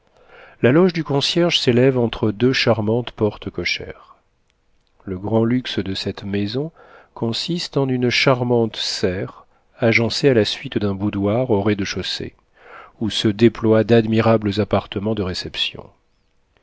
la loge du concierge s'élève entre deux charmantes portes cochères le grand luxe de cette maison consiste en une charmante serre agencée à la suite d'un boudoir au rez-de-chaussée où se déploient d'admirables appartements de réception